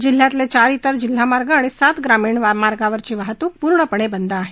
जिल्ह्यातले चार तिर जिल्हा मार्ग व सात ग्रामीण मार्गावरील वाहतूक पूर्णपणे बंद आहे